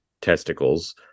testicles